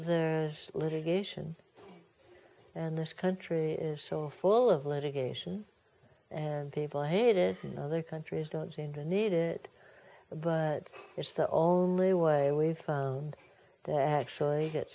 there is litigation and this country is so full of litigation and people hate it and other countries don't seem to need it but it's the only way we've found that actually get